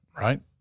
right